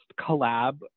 collab